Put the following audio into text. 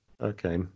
Okay